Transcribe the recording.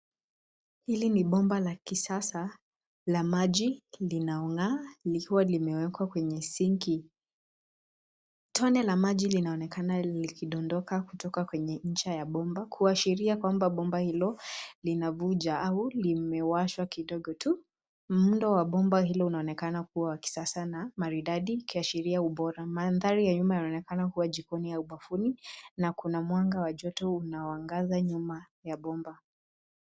Hili ni bomba la kisasa la maji linaong'aa likiwa limewekwa kweye sinki. Tone la maji linaonekanana likidondoka kutoka kwenye ncha ya bomba kuashiria kwamba bomba hilo linavunja au limewashwa kidogo tu. Muundo wa bomba hilo linaonekana kuwa wa kisasa na maridadi ikiashiria ubora mandhari ya nyuma yanaonekana kuwa jikoni au bafuni na kuna mwanga wa joto unaoangaza nyuma ya bomba.